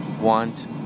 want